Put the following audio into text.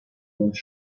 was